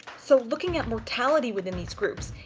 so looking at mortality within these groups.